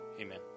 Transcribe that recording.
Amen